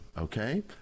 okay